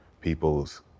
people's